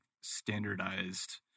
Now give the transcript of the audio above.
standardized